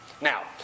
Now